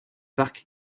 parc